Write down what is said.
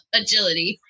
agility